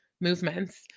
movements